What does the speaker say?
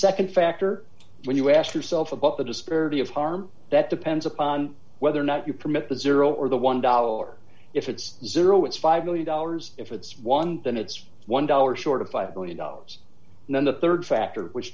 the nd factor when you ask yourself about the disparity of harm that depends upon whether or not you permit the zero or the one dollar if it's zero it's five million dollars if it's one then it's one dollar short of five billion dollars and then the rd factor which